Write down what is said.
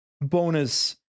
bonus